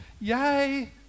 Yay